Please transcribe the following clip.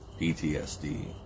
PTSD